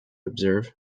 observe